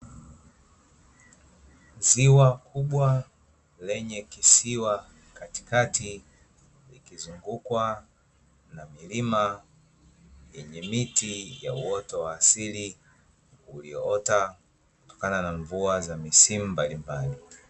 Ziwa kubwa lenye kisiwa katikati likizungukwa na milima yenye miti ya uoto wa asili, ulioota kutokana na mvua za misimu mbalimbali.